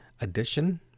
addition